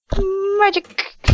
Magic